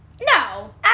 No